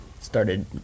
started